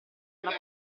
alla